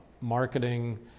marketing